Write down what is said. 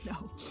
No